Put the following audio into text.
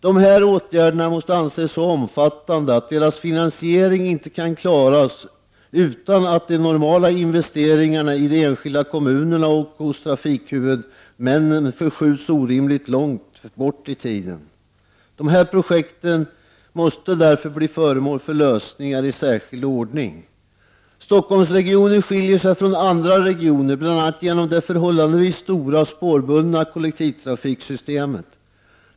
Dessa åtgärder måste anses så omfattande att deras finansiering inte kan klaras utan att de normala investeringarna i de enskilda kommunerna samt hos trafikhuvudmännen förskjuts orimligt långt bort i tiden. Dessa projekt måste därför bli föremål för lösningar i särskild ordning. Stockholmsregionen skiljer sig från andra regioner bl.a. genom det förhållandevis stora spårbundna kollektivtrafiksystemet.